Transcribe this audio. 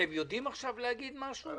יודעים להגיד משהו עכשיו?